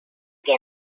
que